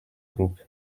groupe